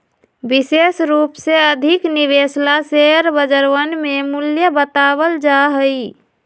विशेष रूप से अधिक निवेश ला शेयर बजरवन में मूल्य बतावल जा हई